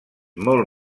molt